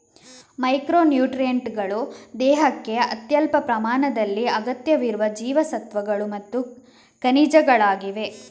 micro ನ್ಯೂಟ್ರಿಯೆಂಟುಗಳು ದೇಹಕ್ಕೆ ಅತ್ಯಲ್ಪ ಪ್ರಮಾಣದಲ್ಲಿ ಅಗತ್ಯವಿರುವ ಜೀವಸತ್ವಗಳು ಮತ್ತು ಖನಿಜಗಳಾಗಿವೆ